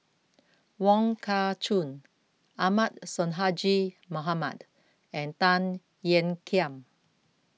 Wong Kah Chun Ahmad Sonhadji Mohamad and Tan Ean Kiam